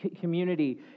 community